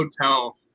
hotel